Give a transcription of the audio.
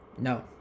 no